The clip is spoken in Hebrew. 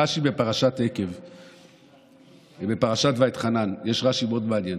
רש"י, יש רש"י מאוד מעניין